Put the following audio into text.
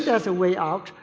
yeah is a way out.